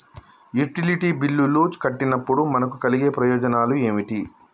Utility బిల్లులు కట్టినప్పుడు మనకు కలిగే ప్రయోజనాలు ఏమిటి?